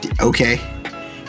Okay